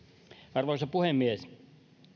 arvoisa puhemies